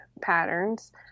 patterns